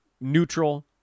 neutral